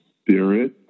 spirit